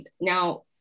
Now